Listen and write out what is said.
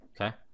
Okay